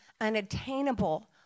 unattainable